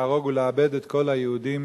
להרוג ולאבד את כל היהודים